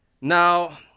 Now